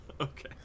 Okay